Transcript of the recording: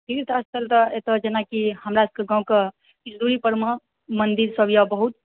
तीर्थ स्थल तऽ एतऽ जेनाकि हमरा सभकऽ गाँव कऽ किछु दूरी परमे मन्दिर सभ यऽ बहुत